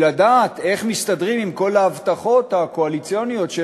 לדעת איך מסתדרים עם כל ההבטחות הקואליציוניות של